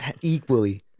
equally